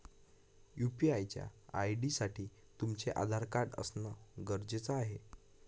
UPI च्या ID साठी तुमचं आधार कार्ड असण गरजेच आहे